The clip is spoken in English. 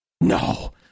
No